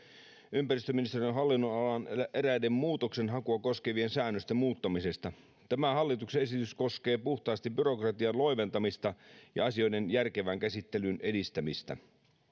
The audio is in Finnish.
ympäristöministeriön hallinnonalan eräiden muutoksenhakua koskevien säännösten muuttamista tämä hallituksen esitys koskee puhtaasti byrokratian loiventamista ja asioiden järkevän käsittelyn edistämistä